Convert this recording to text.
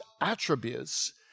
attributes